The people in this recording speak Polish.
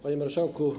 Panie Marszałku!